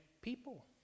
people